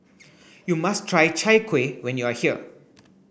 you must try Chai Kuih when you are here